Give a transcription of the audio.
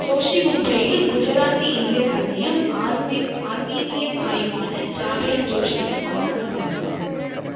ஜோஷி மும்பையில் குஜராத்தி இந்திய தந்தையும் ஆர்மி ஆர்மீனியத் தாயுமான ஜாபெல் ஜோஷிக்கு மகனாகப் பிறந்தார்